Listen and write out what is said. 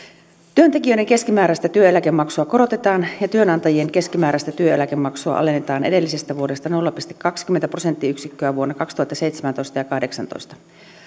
työntekijöiden keskimääräistä työeläkemaksua korotetaan ja työnantajien keskimääräistä työeläkemaksua alennetaan edellisestä vuodesta nolla pilkku kaksikymmentä prosenttiyksikköä vuosina kaksituhattaseitsemäntoista ja kaksituhattakahdeksantoista